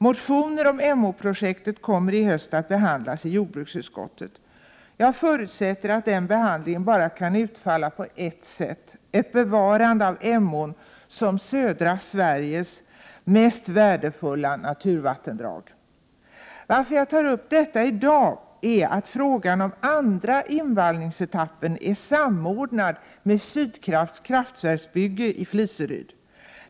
Motioner om Emåprojektet kommer i höst att behandlas i jordbruksutskottet. Jag förutsätter att den behandlingen kan utfalla bara på ett enda sätt: ett bevarande av Emån såsom södra Sveriges mest värdefulla naturvattendrag. Att jag i dag tar upp detta beror på att frågan om andra invallningsetappen är samordnad med Sydkrafts kraftverksbygge i Fliseryd.